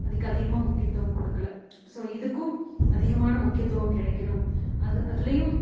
அதுக்கு அதிகமாக முக்கியத்துவம் கொடுக்கல ஸோ இதுக்கும் அதிகமான முக்கியத்துவம் கிடைக்கணும் அது அதுலேயும்